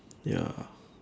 ya